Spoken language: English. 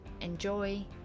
enjoy